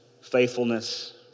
faithfulness